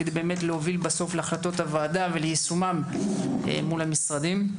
כדי להוביל בסוף להחלטות הוועדה וליישומן מול המשרדים.